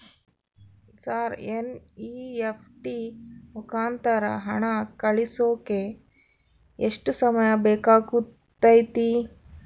Sir NEFT ಮುಖಾಂತರ ಹಣ ಕಳಿಸೋಕೆ ಎಷ್ಟು ಸಮಯ ಬೇಕಾಗುತೈತಿ?